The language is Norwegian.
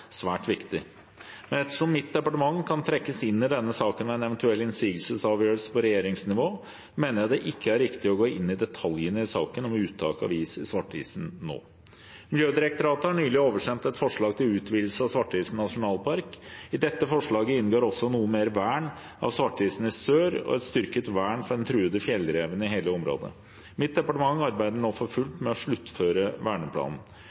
svært viktig. Men ettersom mitt departement kan trekkes inn i denne saken ved en eventuell innsigelsesavgjørelse på regjeringsnivå, mener jeg det ikke er riktig å gå inn i detaljene i saken om uttak av is i Svartisen nå. Miljødirektoratet har nylig oversendt et forslag til utvidelse av Svartisen nasjonalpark. I dette forslaget inngår også noe mer vern av Svartisen i sør og et styrket vern for den truede fjellreven i hele området. Mitt departement arbeider nå for fullt med å sluttføre verneplanen.